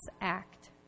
act